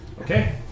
Okay